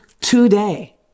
today